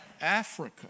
Africa